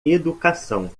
educação